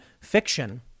fiction